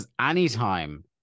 anytime